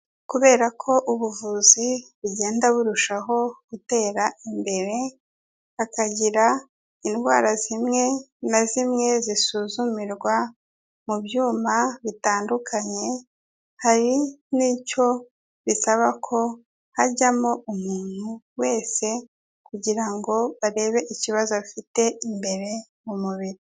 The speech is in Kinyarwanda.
Kubera ko ubuvuzi bugenda burushaho gutera imbere hakagira indwara zimwe na zimwe zisuzumirwa mu byuma bitandukanye, hari n'icyo bisaba ko hajyamo umuntu wese kugira ngo arebe ikibazo afite imbere mu mubiri.